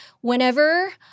whenever